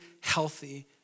healthy